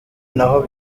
naho